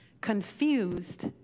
Confused